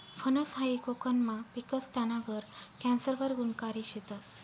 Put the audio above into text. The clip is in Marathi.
फनस हायी कोकनमा पिकस, त्याना गर कॅन्सर वर गुनकारी शेतस